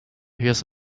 hears